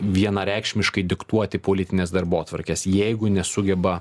vienareikšmiškai diktuoti politinės darbotvarkės jeigu nesugeba